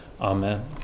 Amen